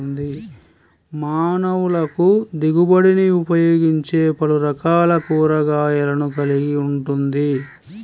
మానవులకుదిగుబడినిఉపయోగించేపలురకాల కూరగాయలను కలిగి ఉంటుంది